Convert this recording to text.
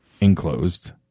Enclosed